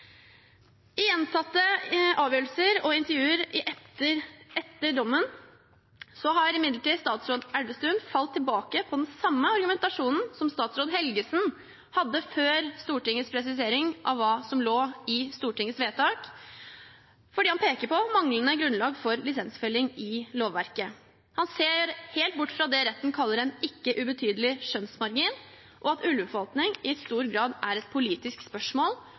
I gjentatte avgjørelser og intervjuer etter dommen har imidlertid statsråd Elvestuen falt tilbake på den samme argumentasjonen som tidligere statsråd Helgesen hadde før Stortingets presisering av hva som lå i Stortingets vedtak, fordi han peker på et manglende grunnlag for lisensfelling i lovverket. Han ser helt bort fra det retten kaller en ikke ubetydelig skjønnsmargin, og at ulveforvaltning i stor grad er et politisk spørsmål